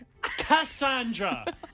Cassandra